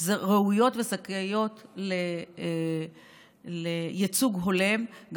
ראויות וזכאיות לייצוג הולם,